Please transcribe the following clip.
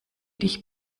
dich